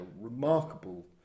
remarkable